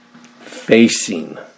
Facing